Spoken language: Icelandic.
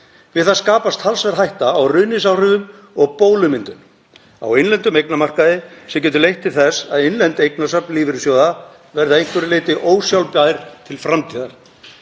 Við það skapist talsverð hætta á ruðningsáhrifum og bólumyndun á innlendum eignamarkaði sem getur leitt til þess að innlend eignasöfn lífeyrissjóða verði að einhverju leyti ósjálfbær til framtíðar.